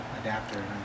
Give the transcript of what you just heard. adapter